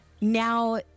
now